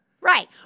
Right